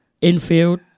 Infield